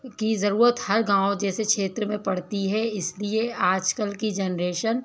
की जरूरत हर गाँवो जैसे क्षेत्र में पड़ती है इसलिए आजकल की जनरेशन